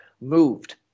moved